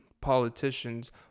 politicians